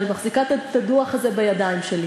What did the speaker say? אני מחזיקה את הדוח הזה בידיים שלי.